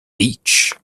beach